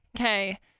Okay